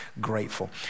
grateful